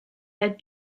had